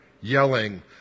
yelling